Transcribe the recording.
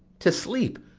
to sleep!